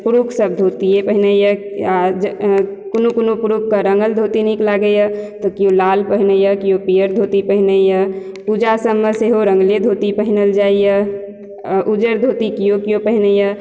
पुरुख सब धोतिये पहिरैया आ कोनो कोनो पुरुखके रंगल धोती नीक लागैया तऽ केओ लाल पहिरैया केओ पियर धोती पहिरैया पूजा सबमे सेहो रंगले धोती पहिरल जाइया उजर धोती केओ केओ पहिरैया